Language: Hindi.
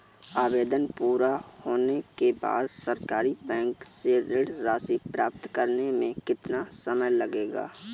आवेदन पूरा होने के बाद सरकारी बैंक से ऋण राशि प्राप्त करने में कितना समय लगेगा?